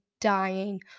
dying